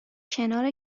کنار